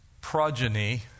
progeny